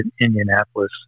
Indianapolis